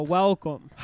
welcome